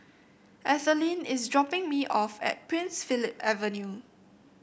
Ethelene is dropping me off at Prince Philip Avenue